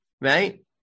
right